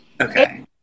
okay